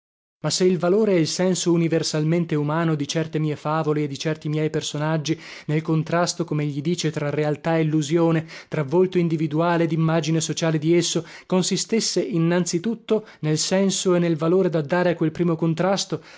ma se il valore e il senso universalmente umano di certe mie favole e di certi miei personaggi nel contrasto comegli dice tra realtà e illusione tra volto individuale ed immagine sociale di esso consistesse innanzi tutto nel senso e nel valore da dare a quel primo contrasto